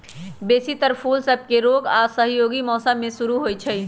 बेशी तर फूल सभके रोग आऽ असहयोगी मौसम में शुरू होइ छइ